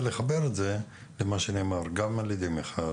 ולחבר את זה למה שנאמר גם על ידי מיכל